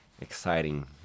exciting